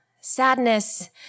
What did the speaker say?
sadness